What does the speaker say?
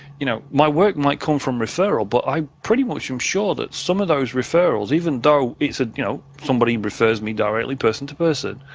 you know my work might come from referral, but i pretty much am sure that some of those referrals, even though you know somebody and refers me directly person-to-person,